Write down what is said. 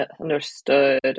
understood